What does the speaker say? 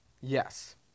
Yes